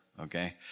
okay